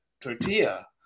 tortilla